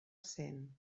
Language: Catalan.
cent